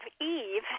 Eve